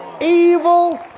evil